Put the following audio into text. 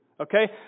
Okay